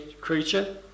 creature